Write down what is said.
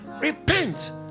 Repent